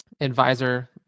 advisor